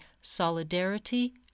solidarity